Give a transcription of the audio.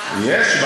יש.